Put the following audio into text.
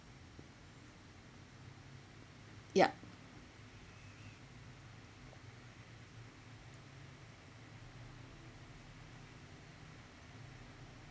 yup